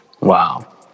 Wow